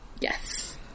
Yes